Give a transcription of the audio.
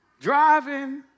driving